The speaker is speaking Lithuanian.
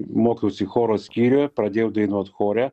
mokiausi choro skyriuje pradėjau dainuot chore